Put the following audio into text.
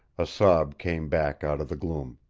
a sob came back out of the gloom.